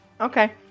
okay